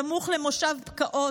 סמוך למושב בקעות,